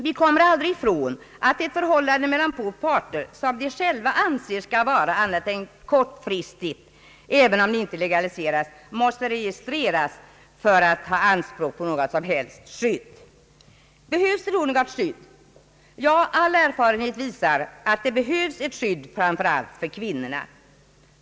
Vi kommer aldrig ifrån att ett förhållande mellan två parter, som de själva inte vill anse som kortfristigt, måste registreras för att ge rätt skydd, även om det inte legaliseras. Behövs det då något skydd? Ja, all erfarenhet visar att det behövs ett skydd, framför allt för kvinnorna.